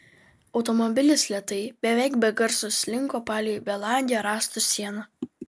automobilis lėtai beveik be garso slinko palei belangę rąstų sieną